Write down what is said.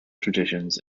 traditions